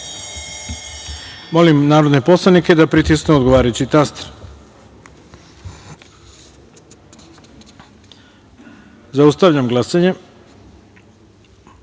narodne poslanike da pritisnu odgovarajući taster. Zaustavljam glasanje: